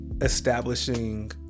establishing